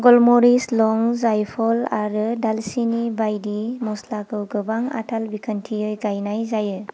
गलमरिस लं जायपल आरो दालचिनि बायदि मस्लाखौ गोबां आथाल बिखान्थियै गायनाय जायो